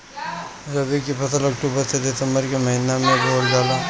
रबी के फसल अक्टूबर से दिसंबर के महिना में बोअल जाला